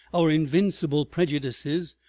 our invincible prejudices,